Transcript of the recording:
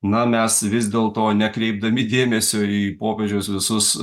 na mes vis dėlto nekreipdami dėmesio į popiežiaus visus